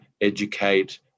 educate